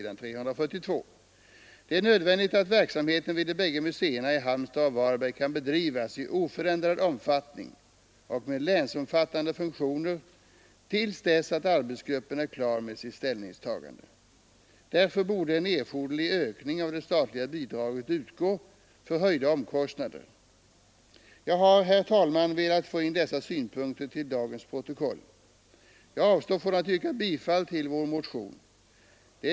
Det är nödvändigt att verksamheten vid de bägge museerna i Halmstad och Varberg kan bedrivas i oförändrad omfattning och med länsomfattande funktioner till dess att arbetsgruppen är klar med sitt ställningstagande. Därför borde en erforderlig ökning av det statliga bidraget utgå för höjda omkostnader. Jag har, herr talman, velat få in dessa synpunkter i dagens protokoll. Jag avstår från att yrka bifall till vår motion 1700.